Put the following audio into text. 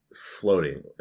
floating